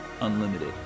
unlimited